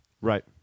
Right